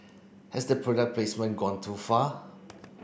has the product placement gone too far